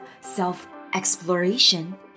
self-exploration